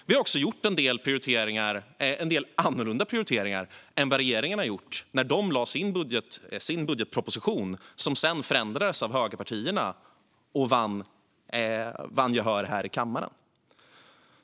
Vi har också gjort en del annorlunda prioriteringar än vad regeringen har gjort i sin budgetproposition som sedan förändrades av högerpartierna och vann gehör här i kammaren.